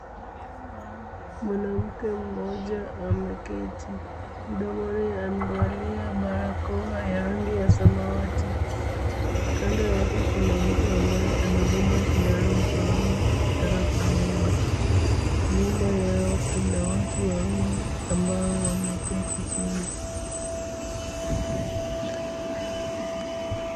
Mwanamke mmoja ameketi, mdomoni amevalia barakoa ya rangi ya samati, kando yake kuna mtu ambaye amebeba sindano mkononi akitaka kumdunga , nyuma yao kuna watu wawili ambao wameketi chini.